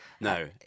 No